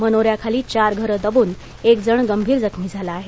मनोऱ्याखाली चार घरं दबून एकजण गंभीर जखमी झाला आहे